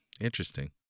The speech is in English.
Interesting